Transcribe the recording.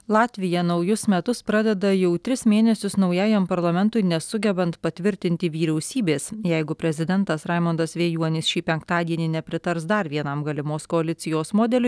latvija naujus metus pradeda jau tris mėnesius naujajam parlamentui nesugebant patvirtinti vyriausybės jeigu prezidentas raimundas vėjuonis šį penktadienį nepritars dar vienam galimos koalicijos modeliui